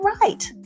right